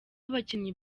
abakinnyi